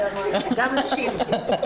גם נשים.